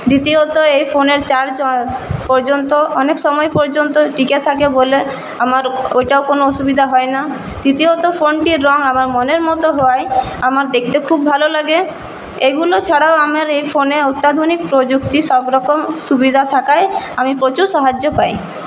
দ্বিতীয়ত এই ফোনের চার্জ পর্যন্ত অনেক সময় পর্যন্ত টিকে থাকে বলে আমার ওইটাও কোনো অসুবিধা হয় না তৃতীয়ত ফোনটির রঙ আমার মনের মতো হওয়ায় আমার দেখতে খুব ভালো লাগে এগুলো ছাড়াও আমার এই ফোনে অত্যাধুনিক প্রযুক্তি সবরকম সুবিধা থাকায় আমি প্রচুর সাহায্য পাই